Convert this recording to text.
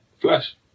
Flash